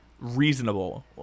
Reasonable